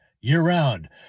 year-round